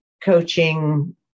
coaching